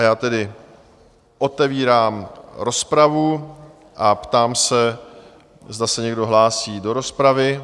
Já tedy otevírám rozpravu a ptám se, zda se někdo hlásí do rozpravy?